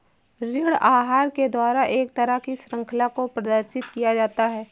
ऋण आहार के द्वारा एक तरह की शृंखला को प्रदर्शित किया जाता है